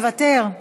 מוותר,